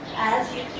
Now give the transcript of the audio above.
as you